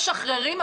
משחררים,